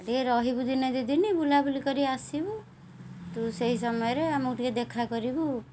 ଟିକେ ରହିବୁ ଦିନେ ଦୁଇ ଦିନି ବୁଲାବୁଲି କରି ଆସିବୁ ତୁ ସେଇ ସମୟରେ ଆମକୁ ଟିକେ ଦେଖା କରିବୁ